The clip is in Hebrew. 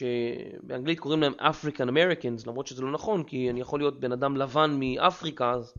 שבאנגלית קוראים להם African Americans למרות שזה לא נכון כי אני יכול להיות בן אדם לבן מאפריקה אז